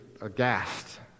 Aghast